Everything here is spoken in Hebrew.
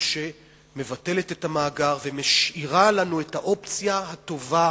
שמבטלת את המאגר ומשאירה לנו את האופציה הטובה